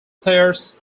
players